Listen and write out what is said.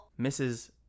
Mrs